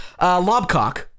Lobcock